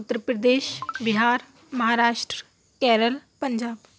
Uttar Pradesh Bihar Maharashtra Kerala Punjab